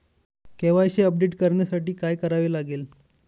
KYC update करण्यासाठी काय करावे लागेल?